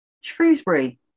Shrewsbury